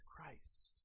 Christ